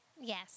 Yes